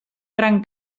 gran